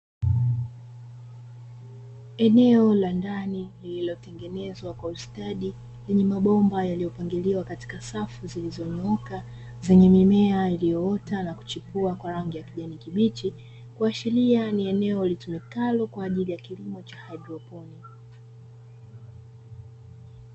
Eneo la ndani lililotengenezwa kwa ustadi. Lenye mabomba yaliyopangiliwa katika safu zilizonyooka zenye mimea iliyoota na kuchipua kwa rangi ya kijani kibichi. Kuashiria ni eneo litumikalo kwa ajili ya kilimo cha kihaidroponi.